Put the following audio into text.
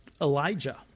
Elijah